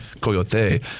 Coyote